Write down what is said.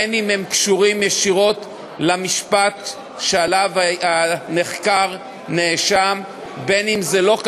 בין שהם קשורים ישירות למשפט שבו הנחקר נאשם ובין שלא.